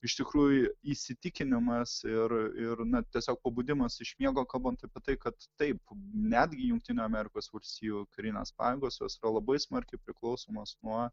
iš tikrųjų įsitikinimas ir ir na tiesiog pabudimas iš miego kalbant apie tai kad taip netgi jungtinių amerikos valstijų karinės pajėgos jos yra labai smarkiai priklausomos nuo